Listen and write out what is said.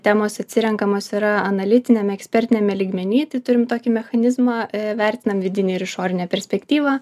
temos atsirenkamos yra analitiniame ekspertiniame lygmeny tai turim tokį mechanizmą vertinam vidinę ir išorinę perspektyvą